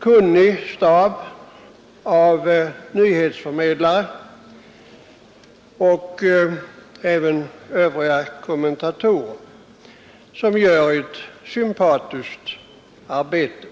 kunnig stab av nyhetsförmedlare och kommentatorer som gör ett sympatiskt arbete.